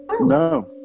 No